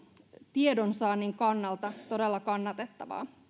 tiedonsaannin kannalta todella kannatettavaa